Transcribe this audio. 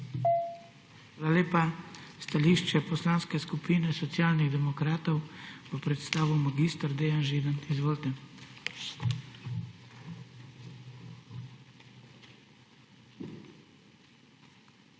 Hvala lepa. Stališče Poslanske skupine Socialnih demokratov bo predstavil mag. Dejan Židan. Izvolite. **MAG.